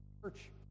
church